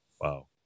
Wow